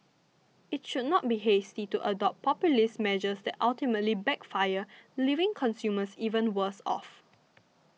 it should not be hasty to adopt populist measures that ultimately backfire leaving consumers even worse off